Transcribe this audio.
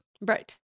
Right